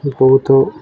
ବହୁତ